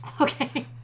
Okay